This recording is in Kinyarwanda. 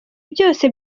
byose